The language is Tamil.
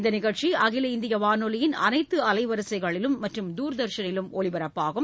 இந்த நிகழ்ச்சி அகில இந்திய வானொலியின் அனைத்து அலைவரிசைகளிலும் மற்றும் தூர்தர்ஷனிலும் ஒலிபரப்பாகும்